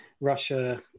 Russia